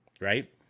Right